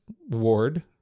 Ward